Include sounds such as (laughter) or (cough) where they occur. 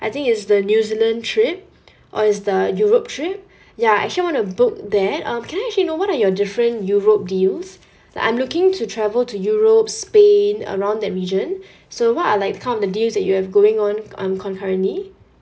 I think is the new zealand trip or is the europe trip (breath) ya actually I want to book there um can I actually know what are your different europe deals like I'm looking to travel to europe spain around that region (breath) so what are like kind of the deals that you have going on um concurrently